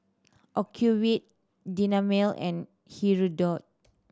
Ocuvite Dermale and Hirudoid